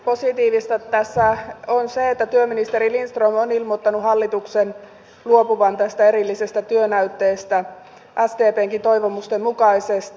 positiivista tässä on se että työministeri lindström on ilmoittanut hallituksen luopuvan tästä erillisestä työnäytteestä sdpnkin toivomusten mukaisesti